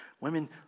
Women